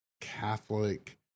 Catholic